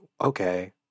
okay